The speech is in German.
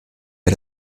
wir